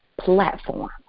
platform